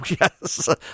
yes